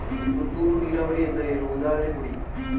ತುಂತುರು ನೀರಾವರಿ ಎಂದರೇನು, ಉದಾಹರಣೆ ಕೊಡಿ?